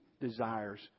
desires